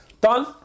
Done